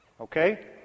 okay